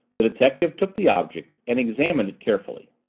the detective took the object and examined it carefully.